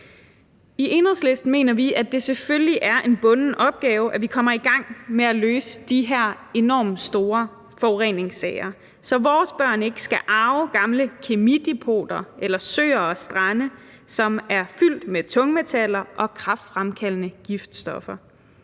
I Enhedslisten mener vi, at det selvfølgelig er en bunden opgave, at vi kommer i gang med at løse de her enormt store forureningssager, så vores børn ikke skal arve gamle kemidepoter eller søer og strande, som er fyldt med tungmetaller og kræftfremkaldende giftstoffer.